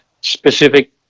specific